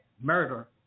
murder